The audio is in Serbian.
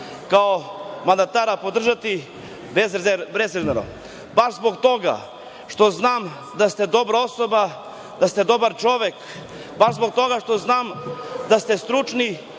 kao mandatara, podržati bezrezervno. Baš zbog toga što znam da ste dobra osoba, da ste dobar čovek. Baš zbog toga što znam da ste stručni